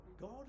God